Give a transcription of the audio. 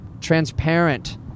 transparent